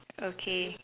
okay